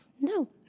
No